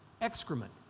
excrement